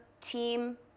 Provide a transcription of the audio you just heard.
team